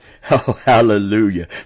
Hallelujah